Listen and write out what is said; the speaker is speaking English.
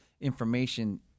information